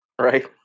Right